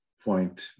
point